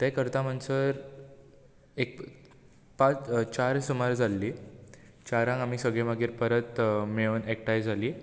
तें करता म्हणसर एक पांच चार पांच सुमार जाल्लीं चारांक आमी सगळीं मागीर परत मेळून एकठांय जालीं